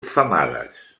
femades